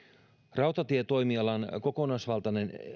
rautatietoimialan kokonaisvaltainen